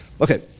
Okay